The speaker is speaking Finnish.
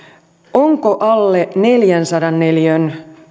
onko alle neljänsadan neliön